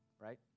right